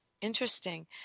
interesting